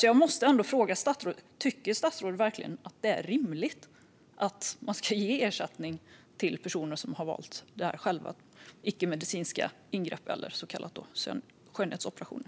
Jag måste ändå fråga statsrådet: Tycker statsrådet verkligen att det är rimligt att man ska ge ersättning till personer som själva har valt icke-medicinska ingrepp eller så kallade skönhetsoperationer?